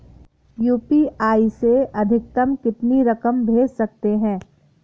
UPI से अधिकतम कितनी रकम भेज सकते हैं?